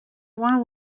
one